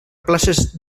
places